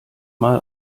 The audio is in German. mal